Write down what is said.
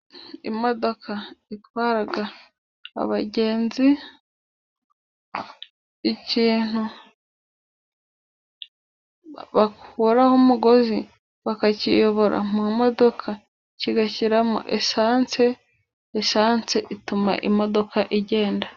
Imodoka itwara abagenzi, ikintu bakuraho umugozi bakakiyobora mu modoka kigashyiramo esanse, esanse ituma imodoka igenda.